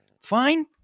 fine